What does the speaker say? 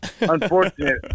unfortunate